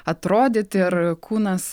atrodyt ir kūnas